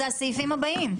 אלה הסעיפים הבאים.